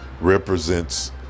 represents